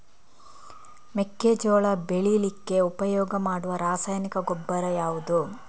ಮೆಕ್ಕೆಜೋಳ ಬೆಳೀಲಿಕ್ಕೆ ಉಪಯೋಗ ಮಾಡುವ ರಾಸಾಯನಿಕ ಗೊಬ್ಬರ ಯಾವುದು?